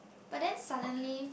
but then suddenly